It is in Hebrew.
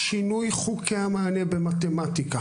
שינוי חוקי המענה במתמטיקה